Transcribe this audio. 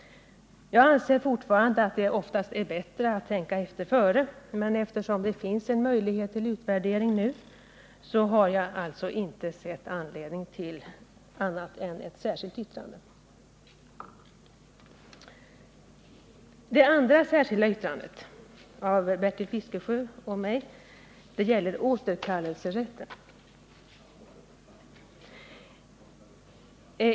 Jag anser fortfarande att det oftast är bättre att tänka efter före, men eftersom det finns en möjlighet till utvärdering nu, har jag inte sett anledning till annat än att avge ett särskilt yttrande. Det andra särskilda yttrandet, av Bertil Fiskesjö och mig, gäller återkallelserätten.